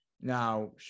Now